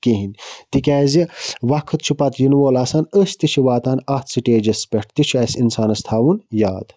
کِہیٖنۍ تِکیٛازِ وقت چھُ پَتہٕ یِنہٕ وول آسان أسۍ تہِ چھِ واتان اَتھ سٕٹیجَس پٮ۪ٹھ تہِ چھُ اَسہِ اِنسانَس تھاوُن یاد